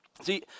See